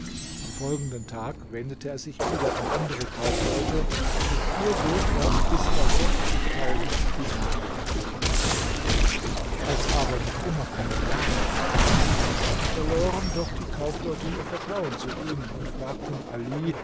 am folgenden tag wendete er sich wieder an andere kaufleute und fuhr so fort bis er sechzigtausend dinare entlehnt hatte als aber noch immer keine waren ankamen verloren doch die kaufleute ihr vertrauen zu ihm und fragten ali